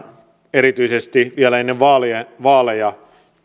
erityisesti vielä ennen vaaleja vaaleja